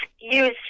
use